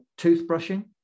toothbrushing